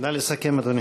נא לסכם, אדוני.